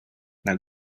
now